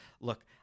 look